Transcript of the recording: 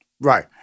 Right